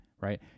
right